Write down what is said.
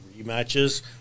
rematches